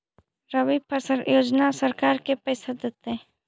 रबि फसल योजना में सरकार के पैसा देतै?